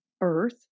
earth